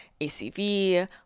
ACV